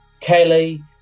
Kelly